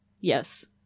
yes